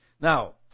Now